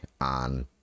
on